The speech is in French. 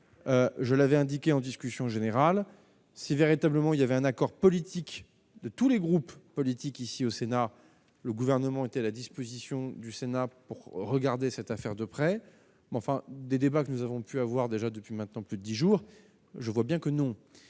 je l'avais indiqué en discussion générale si véritablement il y avait un accord politique de tous les groupes politiques ici au Sénat le gouvernement était à la disposition du Sénat pour regarder cette affaire de près, mais enfin des débats que nous avons pu avoir déjà depuis maintenant plus de 10 jours, je vois bien que non,